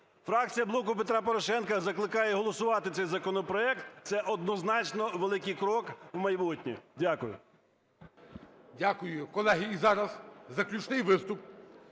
Фракція "Блоку Петра Порошенка" закликає голосувати цей законопроект. Це однозначно великий крок в майбутнє. Дякую. ГОЛОВУЮЧИЙ. Дякую. Колеги, і зараз заключний виступ.